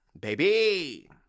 Baby